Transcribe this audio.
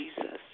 Jesus